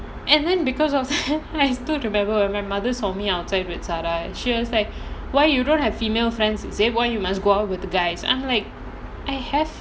and then because of that I still remember when my mother's saw me outside with sara she was like why you don't have female friends say why you must go out with the guys I'm like I have